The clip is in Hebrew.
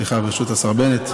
סליחה, ברשות השר בנט.